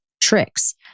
tricks